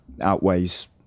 outweighs